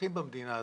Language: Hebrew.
אזרחים במדינה הזאת.